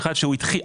אחד שהוא התחיל,